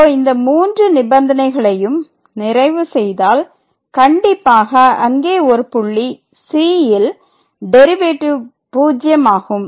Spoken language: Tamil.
இப்போ இந்த மூன்று நிபந்தனைகளையும் நிறைவு செய்தால் கண்டிப்பாக அங்கே ஒரு புள்ளி c ல் டெரிவேட்டிவ் பூஜ்யம் ஆகும்